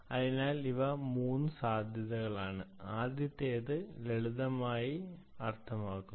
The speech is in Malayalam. അതിനാൽ ഇവ മൂന്ന് സാധ്യതകളാണ് ആദ്യത്തേത് ലളിതമായി അർത്ഥമാക്കുന്നു